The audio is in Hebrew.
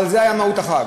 אבל זו הייתה מהות החג.